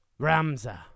Ramza